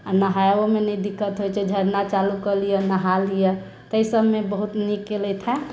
आ नहाओमे नहि दिक्कत होइत छै झरना चालू कऽ लिअ नहा लिअ ताहि सबमे बहुत नीक केलथि हँ